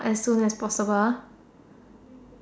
as soon as possible